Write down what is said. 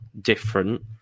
different